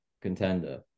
contender